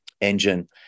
engine